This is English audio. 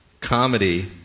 comedy